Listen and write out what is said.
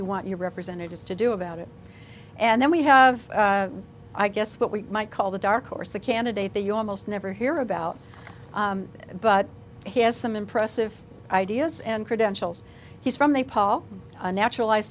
you want your representative to do about it and then we have i guess what we might call the dark horse the candidate that you almost never hear about but he has some impressive ideas and credentials he's from a paul a naturalized